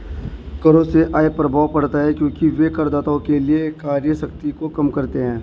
करों से आय प्रभाव पड़ता है क्योंकि वे करदाताओं के लिए क्रय शक्ति को कम करते हैं